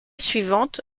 suivante